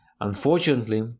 Unfortunately